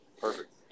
perfect